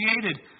created